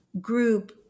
group